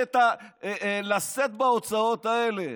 לשאת בהוצאות האלה.